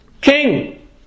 King